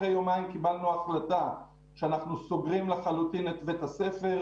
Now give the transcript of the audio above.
אחרי יומיים קיבלנו החלטה שאנחנו סוגרים לחלוטין את בית הספר,